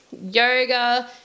yoga